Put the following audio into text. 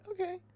okay